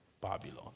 Babylon